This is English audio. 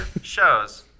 shows